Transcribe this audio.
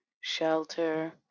shelter